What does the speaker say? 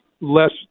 less